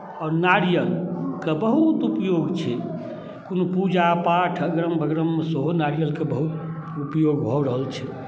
आओर नारियलके बहुत उपयोग छै कोनो पूजापाठ अगरम बगरममे सेहो नारियलके बहुत उपयोग भऽ रहल छै